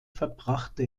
verbrachte